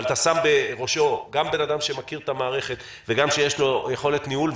אבל אתה שם בראשו גם בן אדם שמכיר את המערכת וגם שיש לו יכולת ניהול,